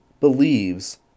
believes